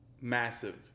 massive